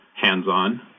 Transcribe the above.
hands-on